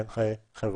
אין חיי חברה,